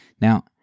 Now